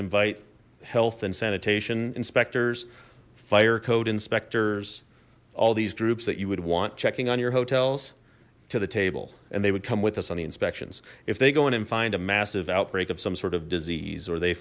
invite health and sanitation inspectors fire code inspectors all these groups that you would want checking on your hotels to the table and they would come with us on the inspections if they go in and find a massive outbreak of some sort of disease or they